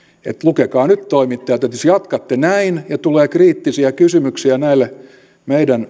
että lukekaa nyt toimittajat että jos jatkatte näin ja tulee kriittisiä kysymyksiä näille meidän